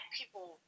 people